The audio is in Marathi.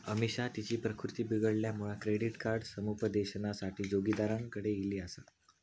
अमिषा तिची प्रकृती बिघडल्यामुळा क्रेडिट समुपदेशनासाठी जोगिंदरकडे ईली आसा